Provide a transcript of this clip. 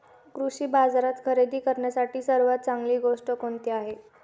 कृषी बाजारात खरेदी करण्यासाठी सर्वात चांगली गोष्ट कोणती आहे?